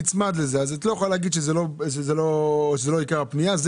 לומר שזה לא עיקר הפנייה.